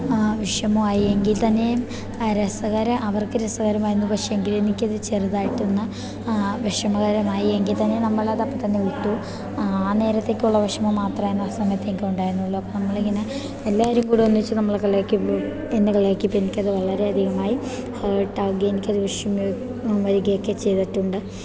വിഷമമായി എങ്കിൽത്തന്നെയും രസകരം അവർക്ക് രസകരമായിരുന്നു പക്ഷേ എങ്കിലും എനിക്കത് ചെറുതായിട്ടൊന്ന് വിഷമകരമായി എങ്കിൽത്തന്നെ നമ്മൾ അതപ്പോൾ തന്നെ വിട്ടു ആ നേരത്തേക്കുള്ള വിഷമം മാത്രമേ എന്നാൽ ആ സമയത്ത് എനിക്ക് ഉണ്ടായിരുന്നുള്ളു അപ്പം നമ്മളിങ്ങനെ എല്ലാരും കൂടെ ഒന്നിച്ച് നമ്മളെ കളിയാക്കിയപ്പോൾ എന്നെ കളിയാക്കിപ്പോൾ എനിക്കത് വളരെയധികമായി ഹേർട്ട് ആകുകയും എനിക്കത് വിഷമം വരികയൊക്കെ ചെയ്തിട്ടുണ്ട്